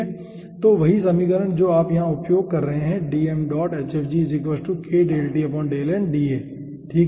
तो वही समीकरण जो आप यहाँ उपयोग कर रहे हैं ठीक है